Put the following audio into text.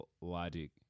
Logic